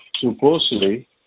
Supposedly